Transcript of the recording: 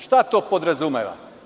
Šta to podrazumeva?